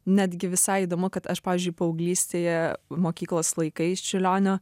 netgi visai įdomu kad aš pavyzdžiui paauglystėje mokyklos laikais čiurlionio